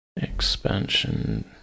Expansion